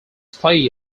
play